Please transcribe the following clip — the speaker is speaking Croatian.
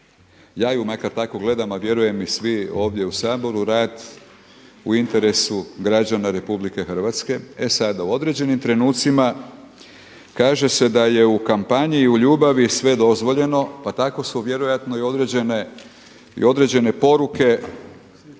ja ju makar tako gledam, a vjerujem i svi ovdje u Saboru rad u interesu građana RH. E sada u određenim trenucima kaže se da je u kampanji i u ljubavi sve dozvoljeno, pa tako su vjerojatno i određene poruke